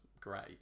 great